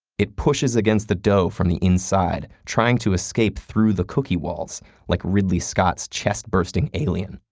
it pushes against the dough from the inside, trying to escape through the cookie walls like ridley scott's chest-bursting alien.